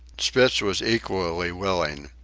spitz was equally willing.